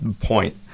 point